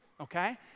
okay